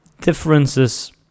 differences